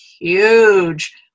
huge